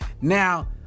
Now